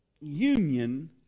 union